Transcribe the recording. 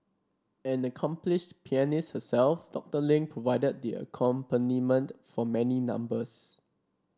an accomplished pianist herself Doctor Ling provided the accompaniment for many numbers